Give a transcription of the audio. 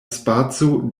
spaco